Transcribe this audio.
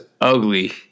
ugly